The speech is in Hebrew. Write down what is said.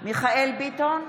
בהצבעה מיכאל מרדכי ביטון,